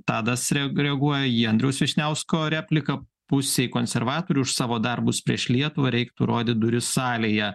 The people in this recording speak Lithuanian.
tadas reaguoja į andriaus vyšniausko repliką pusei konservatorių už savo darbus prieš lietuvą reiktų rodyt duris salėje